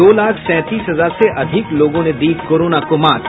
दो लाख सैंतीस हजार से अधिक लोगों ने दी कोरोना को मात